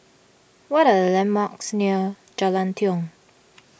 what are the landmarks near Jalan Tiong